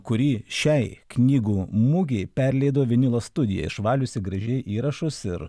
kurį šiai knygų mugei perleido vinilo studija išvaliusi gražiai įrašus ir